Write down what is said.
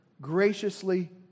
graciously